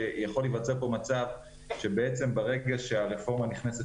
יכול להיווצר מצב שבעצם ברגע שהרפורמה נכנסת